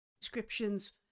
descriptions